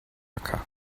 acker